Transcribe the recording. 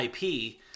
IP